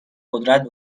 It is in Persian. قدرت